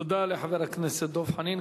תודה לחבר הכנסת דב חנין.